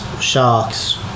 Sharks